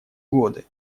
годы